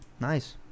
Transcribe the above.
Nice